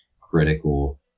critical